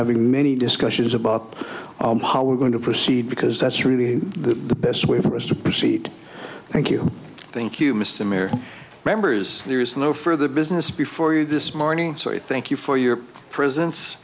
having many discussions about how we're going to proceed because that's really the best way for us to proceed thank you thank you mr merrill members so there is no further business before you this morning so i thank you for your presence